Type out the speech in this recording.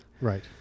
Right